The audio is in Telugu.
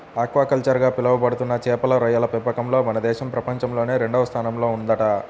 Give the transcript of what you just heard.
ఆక్వాకల్చర్ గా పిలవబడుతున్న చేపలు, రొయ్యల పెంపకంలో మన దేశం ప్రపంచంలోనే రెండవ స్థానంలో ఉందంట